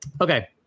Okay